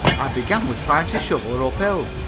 i began with trying to shovel her up hill,